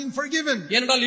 forgiven